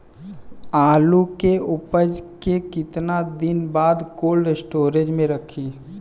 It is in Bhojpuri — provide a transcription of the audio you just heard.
आलू के उपज के कितना दिन बाद कोल्ड स्टोरेज मे रखी?